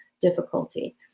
difficulty